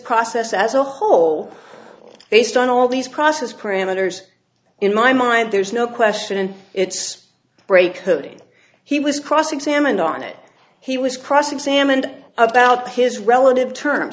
process as a whole based on all these process parameters in my mind there's no question in its break hooding he was cross examined on it he was cross examined about his relative term